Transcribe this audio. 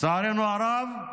לצערנו הרב,